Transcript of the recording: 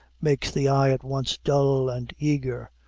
makes the eye at once dull and eager,